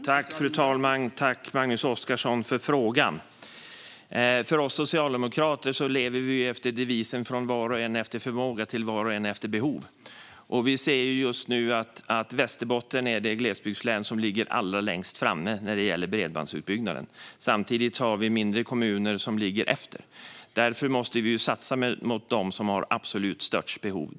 Fru talman! Tack, Magnus Oscarsson, för frågan! Vi socialdemokrater lever efter devisen: Från var och en efter förmåga till var och en efter behov. Och vi ser just nu att Västerbotten är det glesbygdslän som ligger allra längst fram när det gäller bredbandsutbyggnaden. Samtidigt har vi mindre kommuner som ligger efter. Därför måste vi satsa mot dem som har absolut störst behov.